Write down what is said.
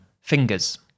fingers